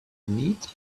neat